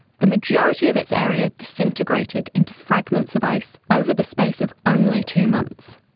the majority of its area disintegrated into fragments of ice over the space of only two months.